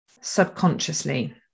subconsciously